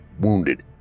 wounded